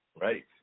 Right